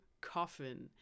Coffin